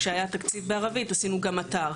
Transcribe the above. כשהיה תקציב לערבית עשינו גם אתר,